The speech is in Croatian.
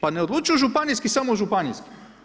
Pa ne odlučuju županijski samo o županijskim.